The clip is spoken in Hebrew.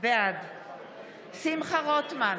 בעד שמחה רוטמן,